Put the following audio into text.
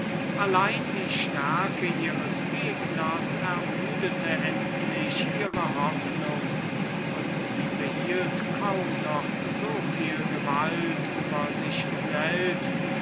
allein die stärke ihres gegners ermüdete endlich ihre hoffnung und sie behielt kaum noch so viel gewalt über sich selbst